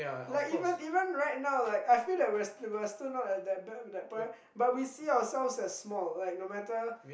like even even right now like I feel that we are we are still not at that bad that point but we see ourselves as small like no matter